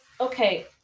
okay